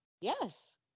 yes